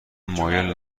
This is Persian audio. مایل